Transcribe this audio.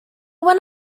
went